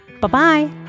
Bye-bye